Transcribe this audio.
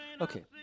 Okay